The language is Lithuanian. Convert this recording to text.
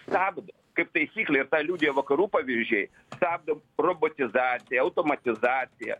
stabdo kaip taisyklė ir tą liudija vakarų pavyzdžiai stabdo robotizaciją automatizaciją